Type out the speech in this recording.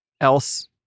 else